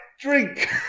drink